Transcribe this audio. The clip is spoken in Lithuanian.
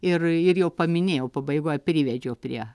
ir ir jau paminėjau pabaigoje privedžiau prie